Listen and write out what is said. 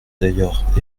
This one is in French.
d’ailleurs